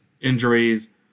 injuries